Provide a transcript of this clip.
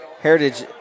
Heritage